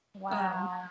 Wow